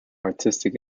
artistic